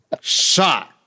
shot